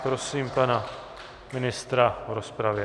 Prosím pana ministra v rozpravě.